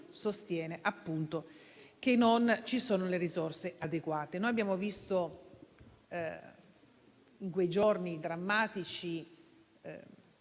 sostiene che non ci sono le risorse adeguate. Noi abbiamo assistito, in quei giorni drammatici,